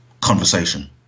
conversation